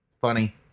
Funny